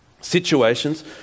situations